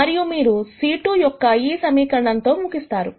మరియు మీరు c2 యొక్క ఈ సమీకరణం తో ముగిస్తారు